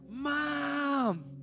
mom